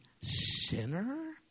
sinner